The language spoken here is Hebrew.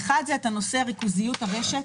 האחד הוא נושא ריכוזיות הרשת,